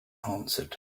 answered